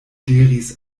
diris